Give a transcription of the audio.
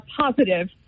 positive